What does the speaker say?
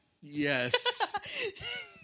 Yes